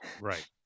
Right